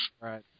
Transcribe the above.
Right